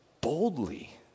boldly